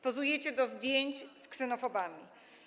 Pozujecie do zdjęć z ksenofobami.